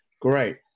great